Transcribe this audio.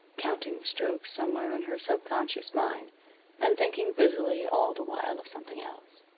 counting the strokes somewhere in her sub-conscious mind and thinking busily all the while of something else.